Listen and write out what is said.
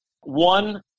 One